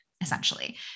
essentially